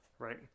Right